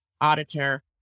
auditor